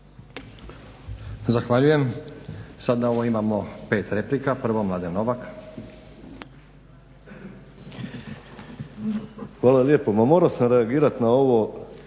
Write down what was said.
Zahvaljujem. Sad na ovo imamo 5 replika. Prvo Mladen Novak.